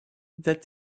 that